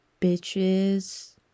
bitches